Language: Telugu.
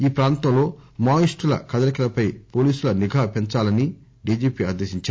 ఈ ప్రాంతంలో మావోయిస్టుల కదలికలపై పోలీసుల నిఘా పెంచాలని డిజిపి ఆదేశించారు